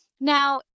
Now